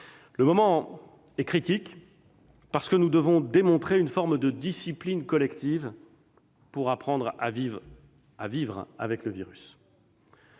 Le moment est critique, parce que nous devons démontrer une forme de discipline collective pour apprendre à vivre avec le virus.